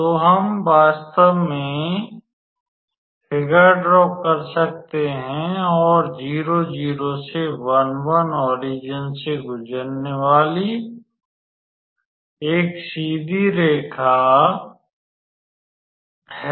तो हम वास्तव में फ़िगर ड्रॉ कर सकते हैं और 00 से 11 ऑरिजिन से गुजरने वाली एक सीधी रेखा है